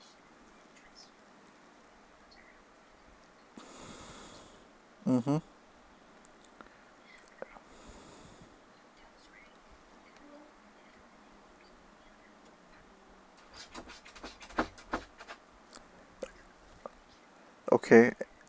mmhmm okay